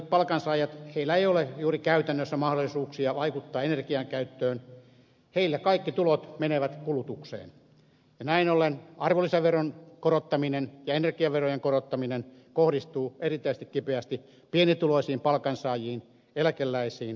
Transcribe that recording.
pienituloisilla palkansaajilla ei ole juuri käytännössä mahdollisuuksia vaikuttaa energian käyttöön heillä kaikki tulot menevät kulutukseen ja näin ollen arvonlisäveron korottaminen ja energiaverojen korottaminen kohdistuu erittäin kipeästi pienituloisiin palkansaajiin eläkeläisiin työttömiin ja niin edespäin